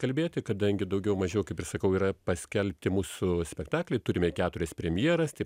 kalbėti kadangi daugiau mažiau kaip ir sakau yra paskelbti mūsų spektakliai turime keturias premjeras tai